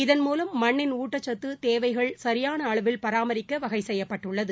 இதன் மூலம் மண்ணின் மண்டச்சத்து தேவைகள் சரியாள அளவில் பராமரிக்க வகை செய்யப்பட்டுள்ளது